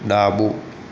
ડાબું